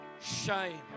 shame